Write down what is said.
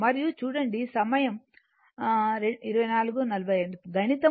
మరియు గణితం